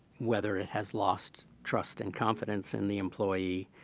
whether it has lost trust and confidence in the employee.